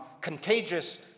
contagious